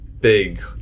big